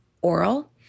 oral